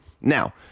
Now